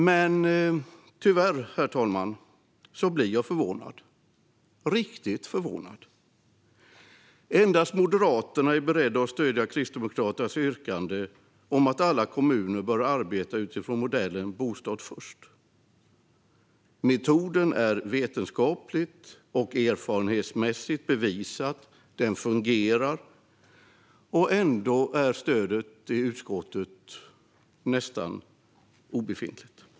Men tyvärr, herr talman, blir jag förvånad, riktigt förvånad. Endast Moderaterna är beredda att stödja Kristdemokraternas yrkande om att alla kommuner bör arbeta utifrån modellen Bostad först. Metoden har vetenskapligt och erfarenhetsmässigt bevisats fungera, men ändå är stödet i utskottet nästan obefintligt.